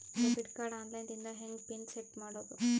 Debit card online ದಿಂದ ಹೆಂಗ್ PIN set ಮಾಡೋದು?